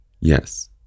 Yes